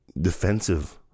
defensive